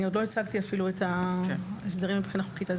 אני עוד לא הצגתי אפילו את ההסדרים מבחינה חוקית.